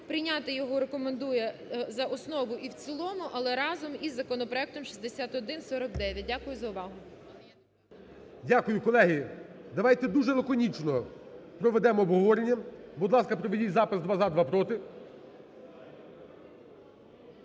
прийняти його рекомендує за основу і в цілому, але разом із законопроектом 6149. Дякую за увагу. ГОЛОВУЮЧИЙ. Дякую. Колеги, давайте дуже лаконічно проведемо обговорення. Будь ласка, проведіть запис: два – за,